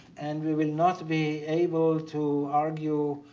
and we will not be able to argue